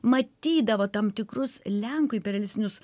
matydavo tam tikrus lenkų imperialistinius